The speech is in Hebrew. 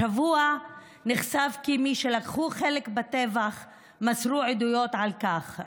השבוע נחשף כי מי שלקחו חלק בטבח מסרו עדויות על כך,